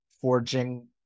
forging